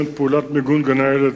חבר הכנסת שלמה מולה שאל את שר הביטחון